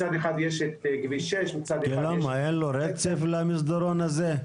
מצד אחד יש כביש 6 -- אין רצף למסדרון הזה?